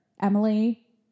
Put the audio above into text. Emily